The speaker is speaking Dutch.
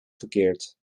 verkeerd